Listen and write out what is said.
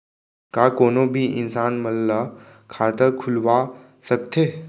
का कोनो भी इंसान मन ला खाता खुलवा सकथे?